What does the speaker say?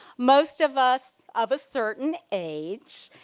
most of us of a certain age.